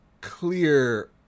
clear